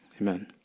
Amen